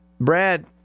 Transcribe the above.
Brad